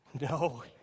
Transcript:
No